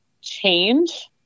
change